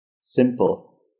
simple